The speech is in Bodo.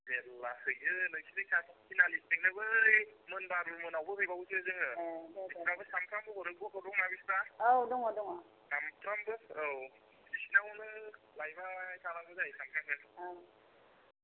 मेरला हैयो नोंसिनि खाथि थिनालिथिंनो बै मोनबारु मोननावबो हैबावोसो जोङो ए दे दे बिस्राबो सामफ्रामबो हरो गथ' दंना बिस्रा औ दङ दङ सामफ्रामबो औ बिसिनावनो लायबाय थांनांगौ जायो सामफ्रामबो औ